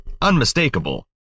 unmistakable